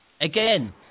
Again